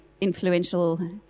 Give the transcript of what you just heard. influential